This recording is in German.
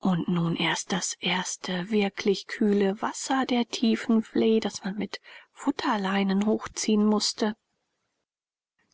und nun erst das erste wirklich kühle wasser der tiefen vley das man mit futterleinen hochziehen mußte